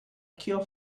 cure